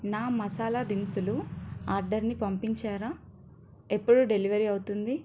నా మసాలా దినుసులు ఆర్డర్ని పంపించారా ఎప్పుడు డెలివరీ అవుతుంది